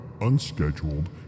unscheduled